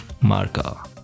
Marca